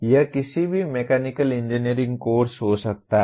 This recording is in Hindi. यह किसी भी मैकेनिकल इंजीनियरिंग कोर्स हो सकता है